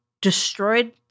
destroyed